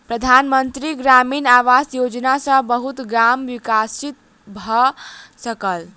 प्रधान मंत्री ग्रामीण आवास योजना सॅ बहुत गाम विकसित भअ सकल